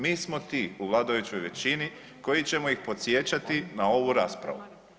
Mi smo tu u vladajućoj većini koji ćemo ih podsjećati na ovu raspravu.